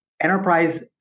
enterprise